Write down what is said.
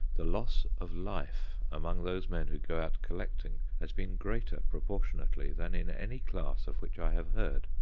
the loss of life among those men who go out collecting has been greater proportionately, than in any class of which i have heard.